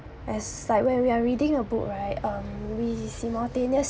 as like when we are reading a book right um we simultaneous